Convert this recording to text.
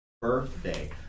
birthday